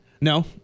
No